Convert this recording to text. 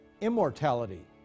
immortality